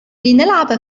لنلعب